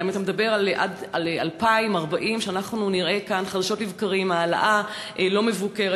הרי אתה אומר שעד 2040 אנחנו נראה כאן חדשות לבקרים העלאה לא מבוקרת.